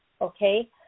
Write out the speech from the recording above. Okay